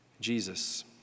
Jesus